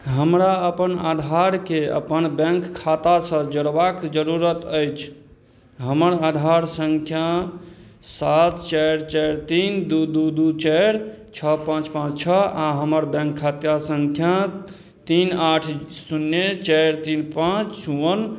हमरा अपन आधारके अपन बैँक खातासे जोड़बाक जरूरत अछि हमर आधार सँख्या सात चारि चारि तीन दुइ दुइ दुइ चारि छओ पाँच पाँच छओ आओर हमर बैँक खाता सँख्या तीन आठ शून्य चारि तीन पाँच वन